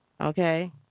Okay